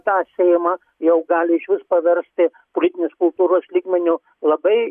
tą seimą jau gali išvis paversti politinės kultūros lygmeniu labai